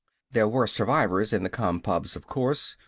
there were survivors in the compubs, of course.